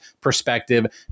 perspective